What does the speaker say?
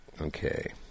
Okay